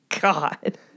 god